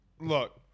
look